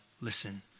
listen